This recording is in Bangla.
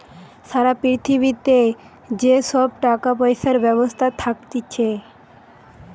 সারা পৃথিবীতে যে সব টাকা পয়সার ব্যবস্থা থাকতিছে